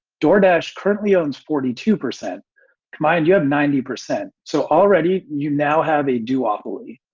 door dash currently owns forty two percent combined. yeah, ninety percent. so already you now have a duopoly.